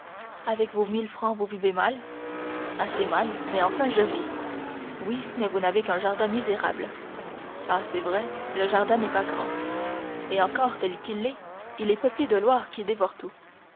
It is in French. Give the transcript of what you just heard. avec vos mille francs vous vivez mal assez mal mais enfin je vis oui mais vous n'avez qu'un jardin misérable ah c'est vrai le jardin n'est pas grand et encore tel qu'il est il est peuplé de loirs qui dévorent tout